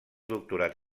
doctorat